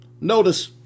Notice